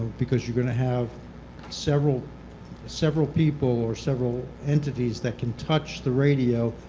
because you're going to have several several people or several entities that can touch the radio